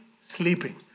sleeping